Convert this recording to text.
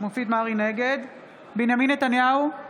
בנימין נתניהו,